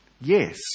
Yes